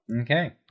okay